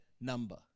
number